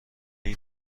این